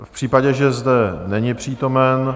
V případě, že zde není přítomen...